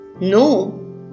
No